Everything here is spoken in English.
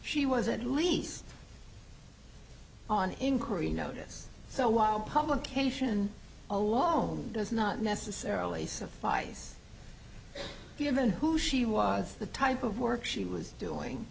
she was at least on inquiry notice so while publication alone does not necessarily suffice given who she was the type of work she was doing